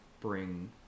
bring